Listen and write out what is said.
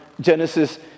Genesis